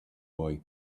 boy